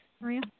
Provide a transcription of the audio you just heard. Maria